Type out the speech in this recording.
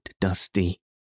dusty